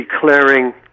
declaring